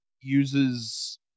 uses